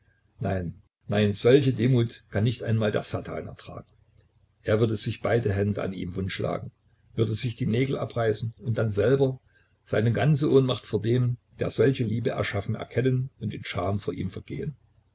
nein nein solche demut kann nicht einmal der satan ertragen er würde sich beide hände an ihm wundschlagen würde sich die nägel abreißen und dann selber seine ganze ohnmacht vor dem der solche liebe erschaffen erkennen und in scham vor ihm vergehen